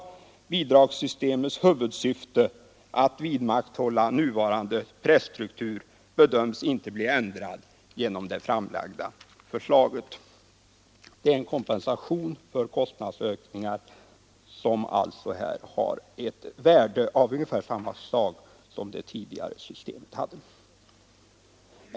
Bidragssystemets huvudsyfte — att vidmakthålla nuvarande presstruktur — bedöms inte bli ändrad genom det framlagda förslaget.” Det är en kompensation för kostnadsökningar som alltså har ett värde av ungefär samma slag som det tidigare systemet hade.